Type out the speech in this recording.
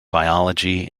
biology